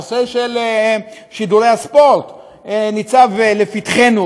הנושא של שידורי הספורט ניצב לפתחנו,